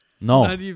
No